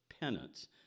penance